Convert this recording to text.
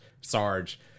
Sarge